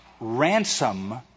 ransom